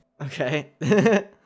Okay